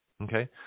Okay